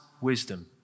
wisdom